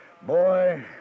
Boy